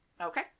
Okay